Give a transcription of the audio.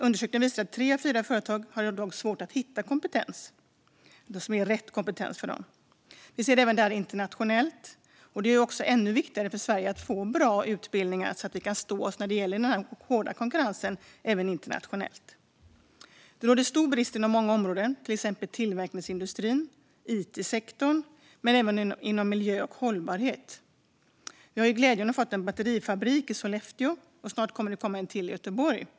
Undersökningar visar att tre av fyra företag i dag har svårt att hitta rätt kompetens för dem. Vi ser detta även internationellt, vilket gör det än viktigare för Sverige att få bra utbildningar så att vi kan stå oss i den hårda konkurrensen internationellt. Det råder stor brist inom många områden, till exempel inom tillverkningsindustrin och it-sektorn men även inom miljö och hållbarhet. Vi har ju glädjen att ha fått en batterifabrik i Sollefteå, och snart kommer det att komma en till i Göteborg.